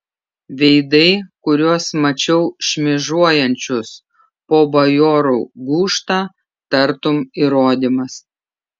veidai kuriuos mačiau šmėžuojančius po bajorų gūžtą tartum įrodymas